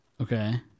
Okay